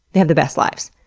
they have the best lives.